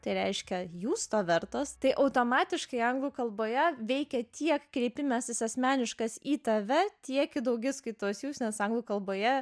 tai reiškia jūs to vertos tai automatiškai anglų kalboje veikia tiek kreipimasis asmeniškas į tave tiek į daugiskaitos jūs nes anglų kalboje